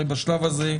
הרי בשלב הזה,